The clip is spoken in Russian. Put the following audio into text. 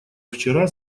вчера